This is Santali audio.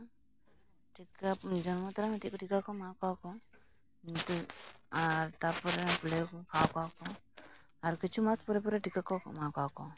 ᱴᱤᱠᱟᱹ ᱡᱚᱱᱢᱚ ᱛᱚᱨᱟ ᱢᱤᱫᱴᱤᱡ ᱴᱤᱠᱟᱹ ᱠᱚ ᱮᱢᱟ ᱠᱚᱣᱟ ᱠᱚ ᱢᱤᱫᱴᱤᱡ ᱟᱨ ᱛᱟᱨᱯᱚᱨᱮ ᱯᱳᱞᱤᱭᱳ ᱠᱚ ᱠᱷᱟᱣᱟ ᱠᱚᱣᱟ ᱠᱚ ᱟᱨ ᱠᱤᱪᱷᱩ ᱢᱟᱥ ᱯᱚᱨᱮ ᱯᱚᱨᱮ ᱴᱤᱠᱟᱹ ᱠᱚ ᱮᱢᱟ ᱠᱚᱣᱟ ᱠᱚ